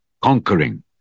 Conquering